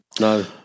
No